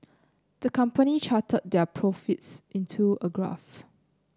the company charted their profits into a graph